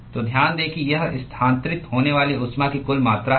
तो ध्यान दें कि यह स्थानांतरित होने वाली ऊष्मा की कुल मात्रा है